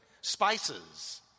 spices